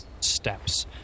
steps